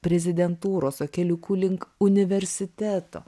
prezidentūros o keliuku link universiteto